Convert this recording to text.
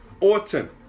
autumn